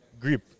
grip